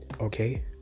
Okay